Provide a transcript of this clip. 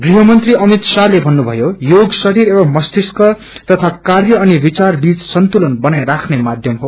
गृहमंत्री अमित शाहते भन्नुथयो याग शरीर एवं मष्तिक तीी क्रय अनि विचार बीच सन्तुलन बनाई राख्ने माध्यमक हो